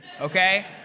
okay